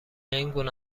اینگونه